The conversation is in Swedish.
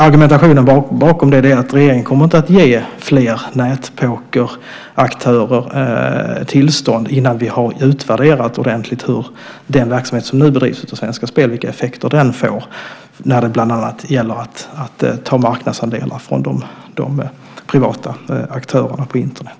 Argumentationen bakom detta är att regeringen inte kommer att ge fler nätpokeraktörer tillstånd innan vi ordentligt har utvärderat vilka effekter den verksamhet får som nu bedrivs av Svenska Spel bland annat när det gäller att ta marknadsandelar från de privata aktörerna på Internet.